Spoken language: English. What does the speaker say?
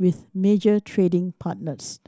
with major trading partners